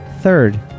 Third